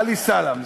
עלי סלָאם.